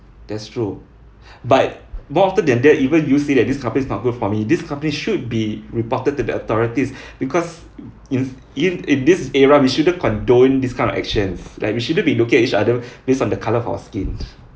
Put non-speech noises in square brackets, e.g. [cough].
that's true [breath] but more often than that even you say that this company is not good for me this company should be reported to the authorities [breath] because in in in this era we shouldn't condone these kind of actions like we shouldn't be looking at each other [breath] based on the colour of our skin